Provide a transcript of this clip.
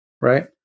right